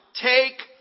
take